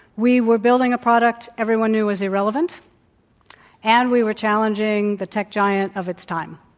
we were building a product everyone knew was irrelevant and we were challenging the tech giant of its time,